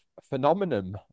phenomenon